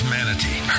Manatee